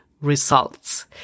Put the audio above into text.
results